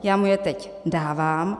Já mu je teď dávám.